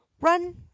run